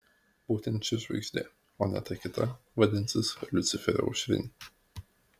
būtent ši žvaigždė o ne ta kita vadinsis liuciferio aušrinė